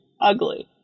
ugly